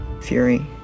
fury